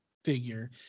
figure